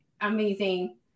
amazing